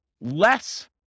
less